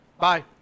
Bye